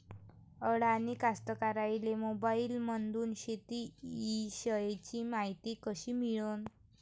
अडानी कास्तकाराइले मोबाईलमंदून शेती इषयीची मायती कशी मिळन?